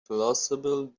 plausible